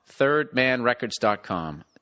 ThirdManRecords.com